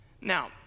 Now